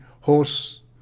horse